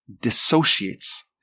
dissociates